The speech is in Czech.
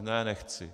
Ne, nechci.